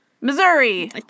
Missouri